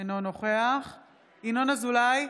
אינו נוכח ינון אזולאי,